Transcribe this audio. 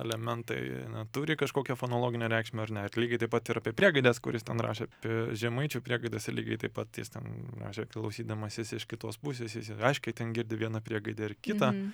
elementai turi kažkokią fonologinę reikšmę ar ne ot lygiai taip pat ir apie priegaides kur jis ten rašė pė žemaičių priegaides ir lygiai taip pat jis ten rašė klausydamasis iš kitos pusės jis ir aiškiai ten girdi vieną priegaidę ir kitą